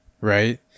right